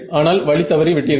ஆனால் வழிதவறி விட்டீர்கள்